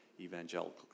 evangelical